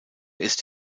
ist